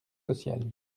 social